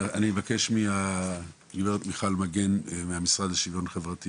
אני אבקש מהגברת מיכל מגן, מהמשרד לשוויון חברתי